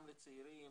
גם לצעירים,